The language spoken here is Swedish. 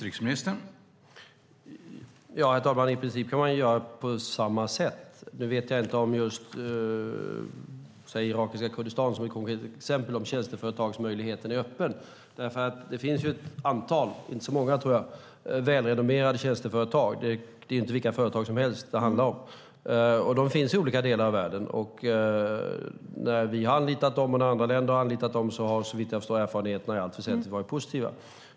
Herr talman! I princip kan man göra på samma sätt. Jag vet inte om tjänsteföretagsmöjligheten är öppen i det konkreta exemplet irakiska Kurdistan. Det finns ett antal, inte så många tror jag, välrenommerade tjänsteföretag. Det handlar inte om vilka företag som helst. De finns i olika delar av världen. När vi och andra länder har anlitat dem har, såvitt jag förstår, erfarenheterna i allt väsentligt varit positiva.